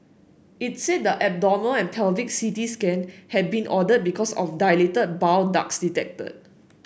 it said the abdominal and pelvic C T scan had been ordered because of dilated bile ducts detected